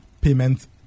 payment